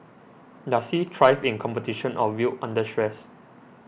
does he thrive in competition or wilt under stress